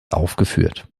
aufgeführt